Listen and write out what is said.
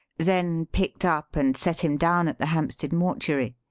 then picked up and set him down at the hampstead mortuary,